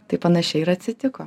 tai panašiai ir atsitiko